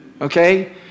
Okay